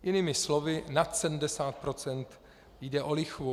Jinými slovy, nad 70 % jde o lichvu.